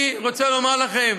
אני רוצה לומר לכם: